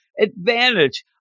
Advantage